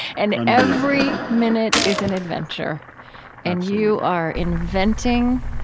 and and every minute is an adventure and you are inventing